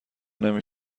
نمی